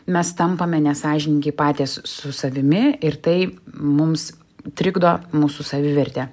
mes tampame nesąžiningi patys su savimi ir tai mums trikdo mūsų savivertę